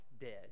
dead